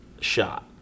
shot